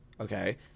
okay